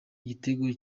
igitego